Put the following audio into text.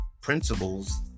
principles